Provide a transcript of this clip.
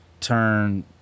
turn